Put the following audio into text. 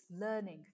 learning